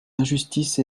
injustice